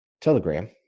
Telegram